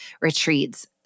retreats